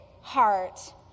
heart